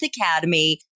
Academy